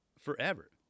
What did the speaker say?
forever